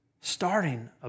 starting